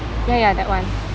ya ya that one